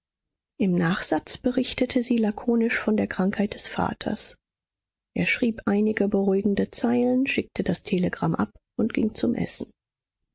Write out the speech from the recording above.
im nachsatz berichtete sie lakonisch von der krankheit des vaters er schrieb einige beruhigende zeilen schickte das telegramm ab und ging zum essen